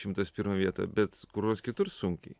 šimtas pirmą vietą bet kur nors kitur sunkiai